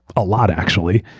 a lot, actually,